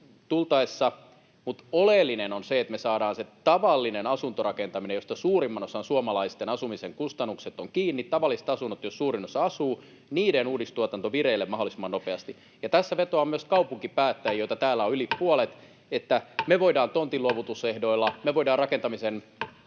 mutta oleellista on se, että me saadaan se tavallisen asuntorakentamisen, josta suurimman osan suomalaisista asumisen kustannukset ovat kiinni — tavallisten asuntojen, joissa suurin osa asuu — uudistuotanto vireille mahdollisimman nopeasti. Tässä vetoan myös kaupunkipäättäjiin, joita täällä on yli puolet, että me voidaan tontinluovutusehdoilla [Puhemies